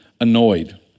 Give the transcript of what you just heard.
annoyed